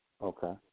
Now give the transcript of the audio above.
Okay